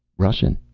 russian.